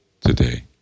today